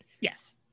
Yes